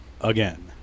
again